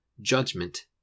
judgment